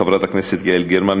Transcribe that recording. חברת הכנסת יעל גרמן,